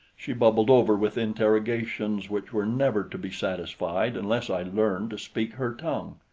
she bubbled over with interrogations which were never to be satisfied unless i learned to speak her tongue.